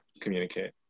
communicate